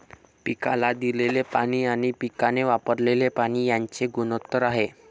पिकाला दिलेले पाणी आणि पिकाने वापरलेले पाणी यांचे गुणोत्तर आहे